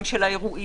גם של האירועים,